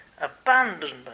Abandonment